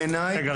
בעיניי --- רגע,